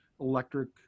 electric